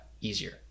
easier